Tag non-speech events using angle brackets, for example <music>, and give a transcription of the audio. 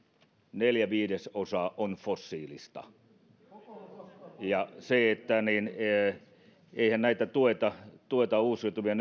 neljä viidesosaa on fossiilista ja eihän näitä uusiutuvia <unintelligible>